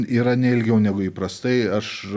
yra ne ilgiau negu įprastai aš